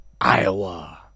Iowa